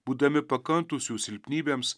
būdami pakantūs jų silpnybėms